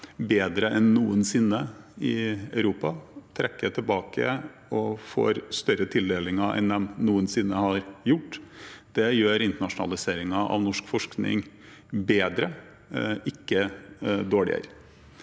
bedre enn noensinne i Europa, trekker tilbake og får større tildelinger enn de noensinne har gjort. Det gjør internasjonaliseringen av norsk forskning bedre, ikke dårligere.